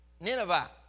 Nineveh